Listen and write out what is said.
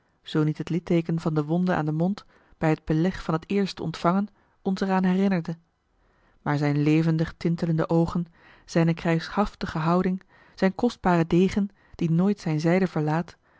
zoo niet het litteeken van de wonde aan den mond bij t beleg van het eerste ontvangen ons er aan herinnerde maar zijn levendig tintelende oogen zijne krijgshaftige houding zijne kostbare degen die nooit zijne zijde verlaat